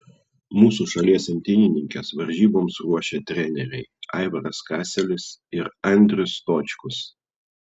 mūsų šalies imtynininkes varžyboms ruošė treneriai aivaras kaselis ir andrius stočkus